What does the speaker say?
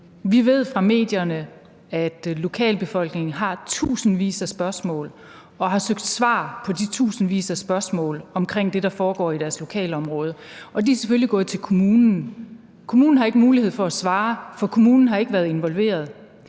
Vi ved fra medierne, at lokalbefolkningen har tusindvis af spørgsmål og har søgt svar på de tusindvis af spørgsmål omkring det, der foregår i deres lokalområde, og de er selvfølgelig gået til kommunen. Kommunen har ikke mulighed for at svare, for kommunen har ikke været involveret.